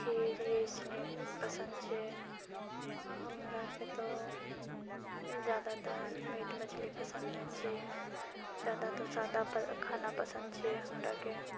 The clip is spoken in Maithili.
खीर ऐसने पसन्द छियै अऽ हमराके तऽ जादातर मीट मछली पसन्द नहि छियै ज्यादा तऽ सादा पऽ खाना पसन्द छियै हमराके